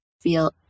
feel